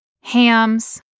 hams